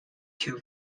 two